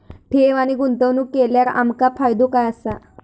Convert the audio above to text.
ठेव आणि गुंतवणूक केल्यार आमका फायदो काय आसा?